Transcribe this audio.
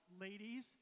ladies